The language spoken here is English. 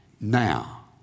now